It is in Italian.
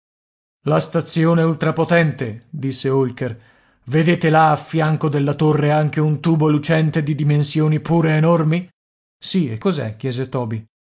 la stazione ultrapotente disse holker vedete là a fianco della torre anche un tubo lucente di dimensioni pure enormi sì e cos'è chiese toby